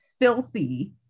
filthy